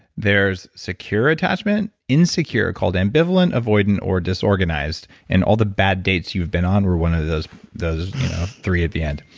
there's secure attachment, insecure called ambivalent, avoidant or disorganized, and all the bad dates you've been on were one of those those three at the end.